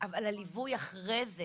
אבל הליווי אחרי זה